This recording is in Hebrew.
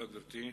גברתי,